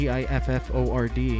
Gifford